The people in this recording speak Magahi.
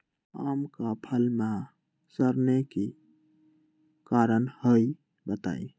आम क फल म सरने कि कारण हई बताई?